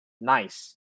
Nice